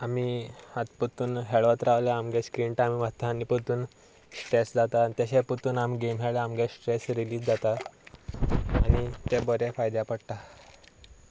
आमी आत परतून खेळत रावल्यार आमचो स्क्रीन टायम वता आनी परतून स्ट्रेस जाता आनी तशें परतून आमी गेम खेळ्ळे आमचें स्ट्रेस रिलीज जाता आनी ते बऱ्या फायद्या पडटा